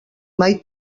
mai